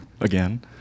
again